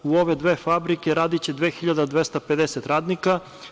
U ove dve fabrike radiće 2.250 radnika.